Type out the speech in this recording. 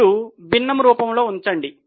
ఇప్పుడు భిన్నము రూపములో ఉంచండి